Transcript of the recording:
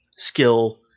skill